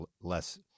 less